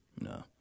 No